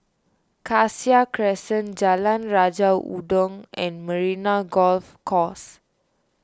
Cassia Crescent Jalan Raja Udang and Marina Golf Course